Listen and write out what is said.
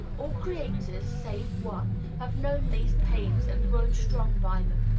all creators, save one, have known these pains and grown strong by them.